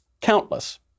Countless